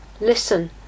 Listen